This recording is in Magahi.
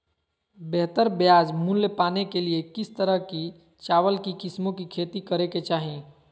बेहतर बाजार मूल्य पाने के लिए किस तरह की चावल की किस्मों की खेती करे के चाहि?